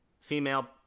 female